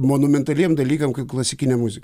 monumentaliem dalykam kaip klasikinė muzika